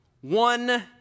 One